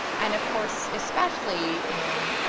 and of course, especially in,